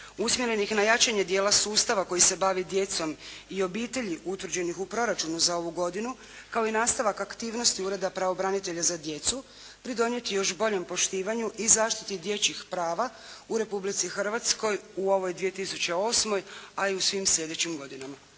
usmjerenih na jačanje dijela sustava koji se bavi djecom i obitelji utvrđenih u proračunu za ovu godinu kao i nastavak aktivnosti Ureda pravobranitelja za djecu pridonijeti još boljem poštivanju i zaštiti dječjih prava u Republici Hrvatskoj u ovoj 2008. a i u svim sljedećim godinama.